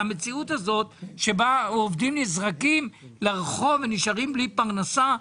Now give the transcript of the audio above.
המציאות הזאת שבה עובדים נזרקים לרחוק ונשארים בלי פרנסה,